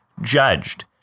judged